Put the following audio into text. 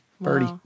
Birdie